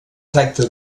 tracta